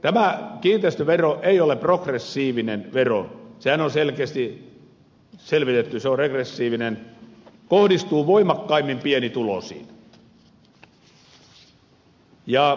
tämä kiinteistövero ei ole progressiivinen vero sehän on selkeästi selvitetty se on regressiivinen kohdistuu voimakkaimmin pienituloisiin